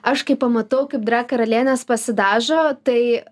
aš kai pamatau kaip drag karalienės pasidažo tai